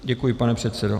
Děkuji, pane předsedo.